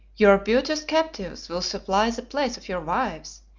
your beauteous captives will supply the place of your wives,